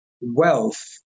wealth